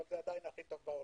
אבל זה עדיין הכי טוב בעולם.